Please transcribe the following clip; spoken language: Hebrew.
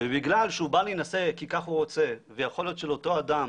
בגלל שהוא בא להינשא כי כך הוא רוצה ויכול להיות שלאותו אדם